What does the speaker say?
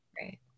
Right